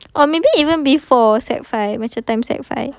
or maybe even before sec five macam time sec five